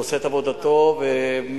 הוא